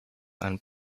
and